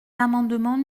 l’amendement